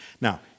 Now